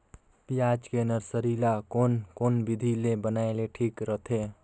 पियाज के नर्सरी ला कोन कोन विधि ले बनाय ले ठीक रथे?